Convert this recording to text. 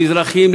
המזרחים,